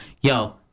Yo